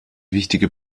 wichtige